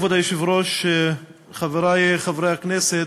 כבוד היושב-ראש, תודה, חברי חברי הכנסת,